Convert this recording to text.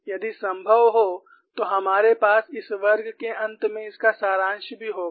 यदि संभव हो तो हमारे पास इस वर्ग के अंत में इसका सारांश भी होगा